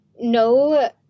no